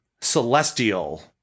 celestial